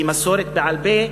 שהיא מסורת בעל-פה,